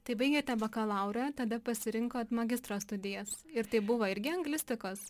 tai baigėte bakalaurą tada pasirinkot magistro studijas ir tai buvo irgi anglistikos